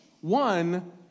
one